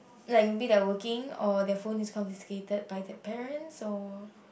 like maybe they are working or their phone is confiscated by their parents so